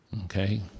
okay